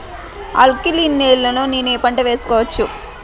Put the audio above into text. Alkaline నేలలో నేనూ ఏ పంటను వేసుకోవచ్చు?